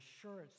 assurance